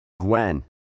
Gwen